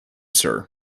sir